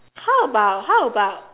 how about how about